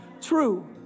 true